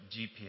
GPS